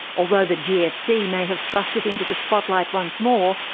although the gfc may have thrust it into the spotlight once more,